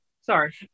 Sorry